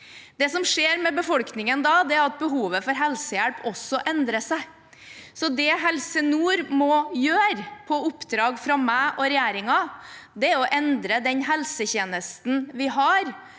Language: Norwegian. Det som skjer med befolkningen da, er at behovet for helsehjelp også endrer seg. Det Helse nord må gjøre på oppdrag fra meg og regjeringen, er å endre den helsetjenesten vi har,